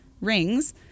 rings